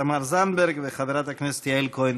תמר זנדברג וחברת הכנסת יעל כהן-פארן.